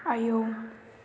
आयौ